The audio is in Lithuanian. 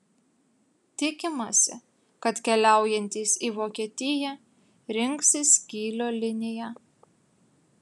tikimasi kad keliaujantys į vokietiją rinksis kylio liniją